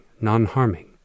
non-harming